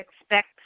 expect